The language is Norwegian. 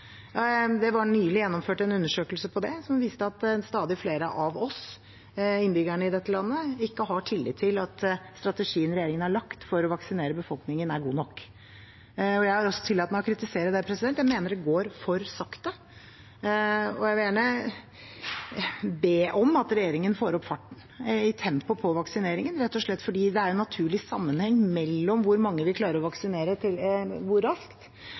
Det er nylig gjennomført en undersøkelse om det som viser at stadig flere av oss – innbyggerne i dette landet – ikke har tillit til at strategien regjeringen har lagt for å vaksinere befolkningen, er god nok. Jeg har også tillatt meg å kritisere det – jeg mener det går for sakte. Jeg vil gjerne be om at regjeringen får opp tempoet i vaksineringen, rett og slett fordi det er en naturlig sammenheng mellom hvor mange vi klarer å vaksinere, hvor raskt,